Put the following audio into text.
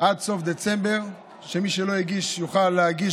עד סוף דצמבר שמי שלא הגיש יוכל להגיש